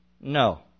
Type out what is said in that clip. No